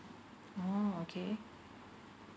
oh okay